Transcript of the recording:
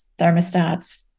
thermostats